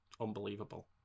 unbelievable